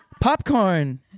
Popcorn